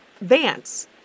Vance